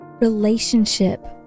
relationship